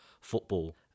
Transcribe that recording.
football